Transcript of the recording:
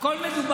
הכול.